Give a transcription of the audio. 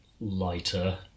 lighter